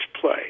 play